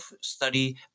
study